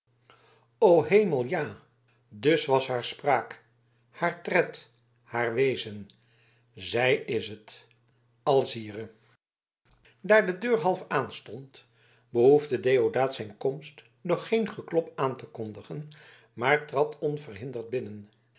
o hemel ja dus was haar spraak haar tred haar wezen zij is het alzire daar de deur half aanstond behoefde deodaat zijn komst door geen geklop aan te kondigen maar trad onverhinderd binnen